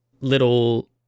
little